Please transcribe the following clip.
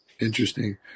Interesting